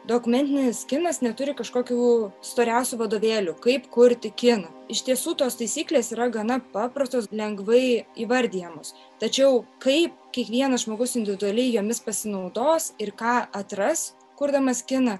dokumentinis kinas neturi kažkokių storiausių vadovėlių kaip kurti kiną iš tiesų tos taisyklės yra gana paprastos lengvai įvardijamos tačiau kaip kiekvienas žmogus individualiai jomis pasinaudos ir ką atras kurdamas kiną